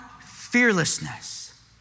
fearlessness